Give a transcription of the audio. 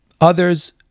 others